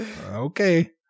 Okay